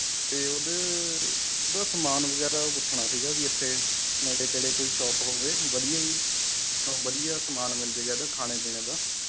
ੳਤੇ ਉਹ ਦੇ ਉਹ ਦਾ ਸਮਾਨ ਵਗੈਰਾ ਪੁੱਛਣਾ ਸੀ ਵੀ ਇੱਥੇ ਨੇੜੇ ਤੇੜੇ ਕੋਈ ਸ਼ੋਪ ਹੋਵੇ ਵਧੀਆ ਜੀ ਜਿੱਥੇੋਂ ਵਧਿਆ ਸਮਾਨ ਮਿੱਲ ਜੇ ਇਹਦਾ ਖਾਣੇ ਪੀਣੇ ਦਾ